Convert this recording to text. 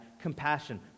compassion